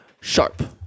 Sharp